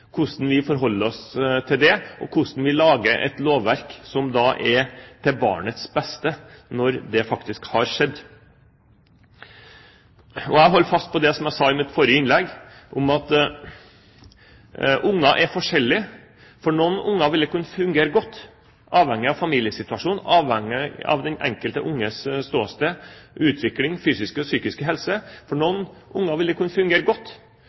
hvordan vi forholder oss til det, og hvordan vi lager et lovverk som er til barnets beste når det faktisk har skjedd. Og jeg holder fast ved det jeg sa i mitt forrige innlegg om at unger er forskjellige. For noen unger vil det kunne fungere godt – avhengig av familiesituasjon, avhengig av den enkelte unges ståsted, utvikling, fysiske og psykiske helse – å flytte mellom to hjem, f.eks. annenhver uke, som en del gjør. Andre unger